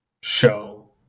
show